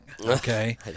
Okay